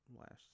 last